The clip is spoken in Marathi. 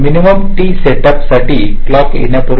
मिनिमम टी सेटअप साठी क्लॉक् येण्यापूर्वी